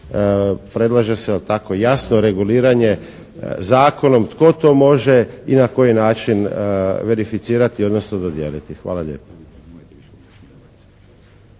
predlaže se takvo jasno reguliranje zakonom tko to može i na koji način verificirati, odnosno dodijeliti. Hvala lijepo.